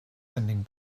sending